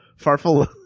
Farfel